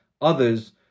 others